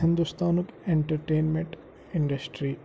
ہِندوستانُک entertainment industry